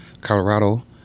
Colorado